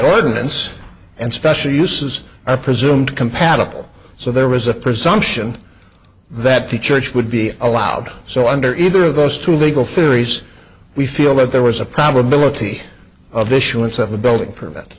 ordinance and special uses are presumed compatible so there was a presumption that the church would be allowed so under either of those two legal theories we feel that there was a probability of issuance of a building p